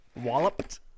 Walloped